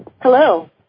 Hello